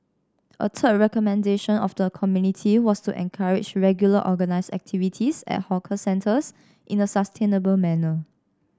a third recommendation of the community was to encourage regular organised activities at hawker centres in a sustainable manner